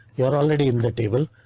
you're already in the table.